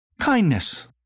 Kindness